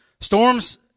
Storms